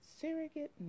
surrogate